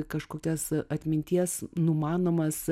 kažkokias atminties numanomas